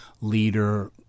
leader